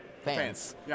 fans